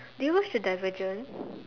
did you watch the Divergent